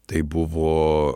tai buvo